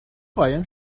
قایم